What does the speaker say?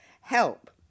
Help